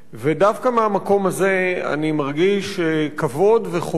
ודווקא מהמקום הזה אני מרגיש כבוד וחובה,